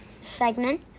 segment